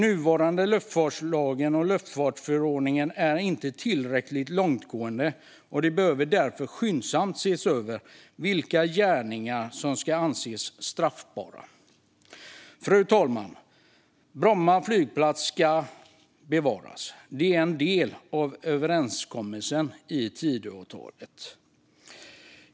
Nuvarande luftfartslag och luftfartsförordning är inte tillräckligt långtgående, och det behöver därför skyndsamt ses över vilka gärningar som ska anses straffbara. Fru talman! Bromma flygplats ska bevaras. Det är en del av överenskommelsen i Tidöavtalet.